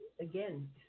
again